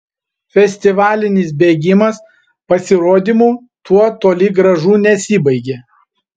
festivalinis bėgimas pasirodymu tuo toli gražu nesibaigė